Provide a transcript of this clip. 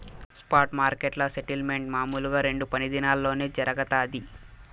spot మార్కెట్ల settlement మామూలుగా రెండు పని దినాల్లోనే జరగతాది